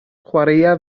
chwaraea